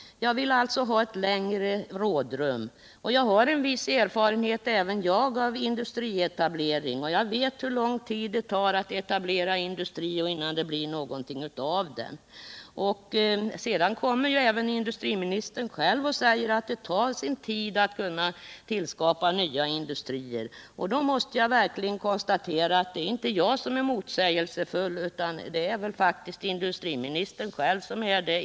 Jag vill ha ett längre rådrum. Även jag har en viss erfarenhet av industrietablering. Jag vet hur lång tid det tar, innan det blir någonting av en industrietablering. Sedan sade industriministern själv att det tar sin tid att skapa nya industrier. Då måste jag verkligen konstatera att det inte är jag som är motsägelsefull utan industriministern själv.